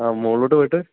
ആ മോളിലോട്ട് പോയിട്ട്